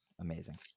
amazing